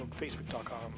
facebook.com